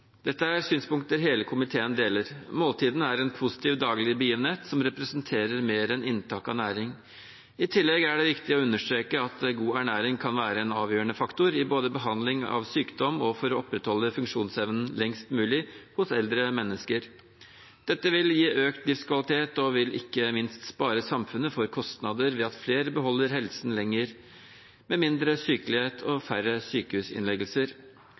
Dette er synspunkter hele komiteen deler. Måltidene er en positiv daglig begivenhet som representerer mer enn inntak av næring. I tillegg er det viktig å understreke at god ernæring kan være en avgjørende faktor både i behandling av sykdom og for å opprettholde funksjonsevnen lengst mulig hos eldre mennesker. Dette vil gi økt livskvalitet og ikke minst spare samfunnet for kostnader ved at flere beholder helsen lenger, med mindre sykelighet og færre sykehusinnleggelser.